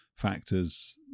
factors